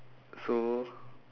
so